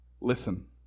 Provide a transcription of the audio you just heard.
listen